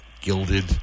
Gilded